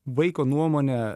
vaiko nuomonė